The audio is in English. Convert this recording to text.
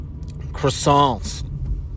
croissants